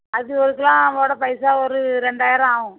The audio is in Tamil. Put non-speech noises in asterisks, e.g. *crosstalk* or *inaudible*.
ஆரி ஒர்க்கெல்லாம் *unintelligible* பைசா ஒரு ரெண்டாயிரம் ஆகும்